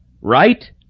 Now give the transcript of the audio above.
Right